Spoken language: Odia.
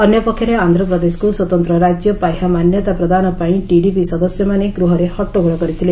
ଅନ୍ୟପକ୍ଷରେ ଆନ୍ଧ୍ରପ୍ରଦେଶକୁ ସ୍ୱତନ୍ତ୍ର ରାଜ୍ୟ ପାହ୍ୟା ମାନ୍ୟତା ପ୍ରଦାନ ପାଇଁ ଟିଡିପି ସଦସ୍ୟମାନେ ଗୃହରେ ହଟ୍ଟଗୋଳ କରିଥିଲେ